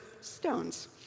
stones